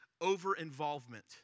over-involvement